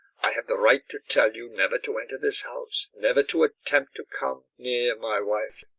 i have the right to tell you never to enter this house, never to attempt to come near my wife